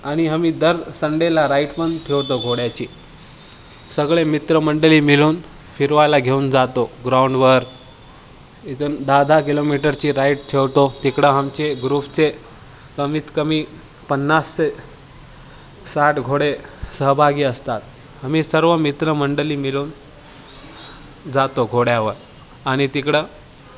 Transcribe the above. आणि आम्ही दर संडेला राईडपण ठेवतो घोड्याची सगळे मित्रमंडळी मिळून फिरवायला घेऊन जातो ग्राउंडवर इथून दहा दहा किलोमीटरची राईड ठेवतो तिकडं आमचे ग्रुपचे कमीतकमी पन्नास ते साठ घोडे सहभागी असतात आम्ही सर्व मित्रमंडळी मिळून जातो घोड्यावर आणि तिकडं